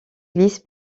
glisse